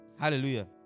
Hallelujah